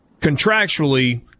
contractually